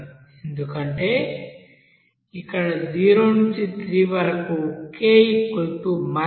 ఎందుకంటే ఇక్కడ 0 నుండి 3 వరకు k 0